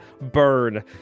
Burn